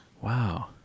Wow